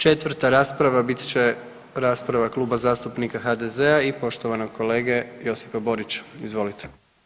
4. rasprava bit će rasprava Kluba zastupnika HDZ-a i poštovanog kolege Josipa Borića, izvolite.